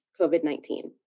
COVID-19